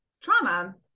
trauma